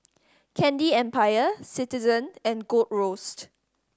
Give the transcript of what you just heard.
Candy Empire Citizen and Gold Roast